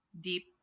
deep